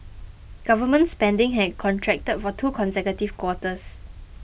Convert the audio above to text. government spending had contracted for two consecutive quarters